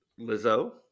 Lizzo